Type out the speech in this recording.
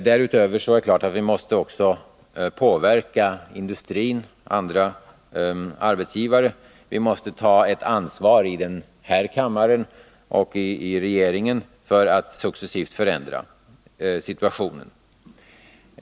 Därutöver är det klart att vi måste påverka industrin och andra arbetsgivare. Vi måste också ta ett ansvar i den här kammaren och i regeringen för att successivt förändra organisationen.